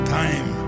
time